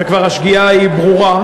וכבר השגיאה היא ברורה,